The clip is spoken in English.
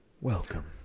Welcome